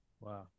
Wow